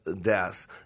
deaths